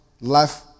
life